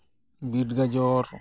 ᱵᱤᱴ ᱜᱟᱡᱚᱨ